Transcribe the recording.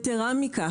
יתרה מכך,